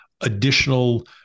additional